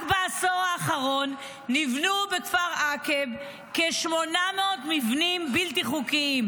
רק בעשור האחרון נבנו בכפר עקב כ-800 מבנים בלתי חוקיים,